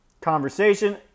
conversation